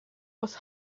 was